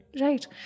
Right